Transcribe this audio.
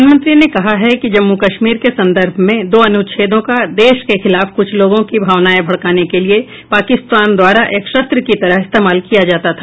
प्रधानमंत्री ने कहा है कि जम्मूकश्मीर के संदर्भ में दो अनुच्छेदों का देश के खिलाफ कुछ लोगों की भावनाएं भड़काने के लिये पाकिस्तान द्वारा एक शस्त्र की तरह इस्तेमाल किया जाता था